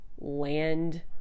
land